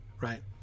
right